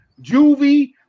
Juvie